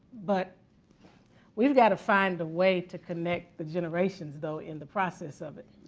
but we've got to find a way to connect the generations, though, in the process of it.